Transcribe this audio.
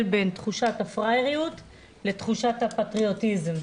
בין תחושת הפראייריות לתחושת הפטריוטיזם,